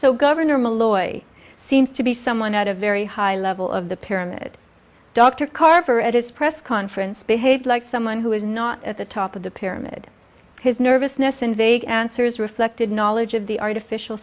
so governor malloy seems to be someone at a very high level of the pyramid dr carver at his press conference behaved like someone who is not at the top of the pyramid his nervousness in vague answers reflected knowledge of the artificial